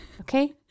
Okay